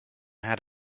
had